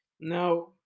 Now